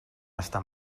estar